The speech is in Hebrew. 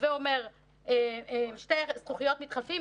הווי אומר שתי זכוכיות מתחלפות,